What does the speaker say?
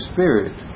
Spirit